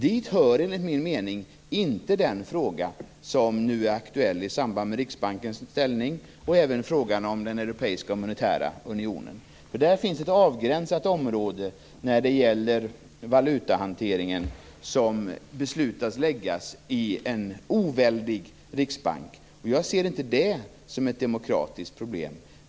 Dit hör, enligt min mening, inte den fråga som nu är aktuell i samband med Riksbankens ställning och även frågan om den europeiska monetära unionen. Det finns nämligen ett avgränsat område när det gäller valutahanteringen som skall beslutas läggas i en oväldig Riksbank. Jag ser inte detta som ett demokratisk problem.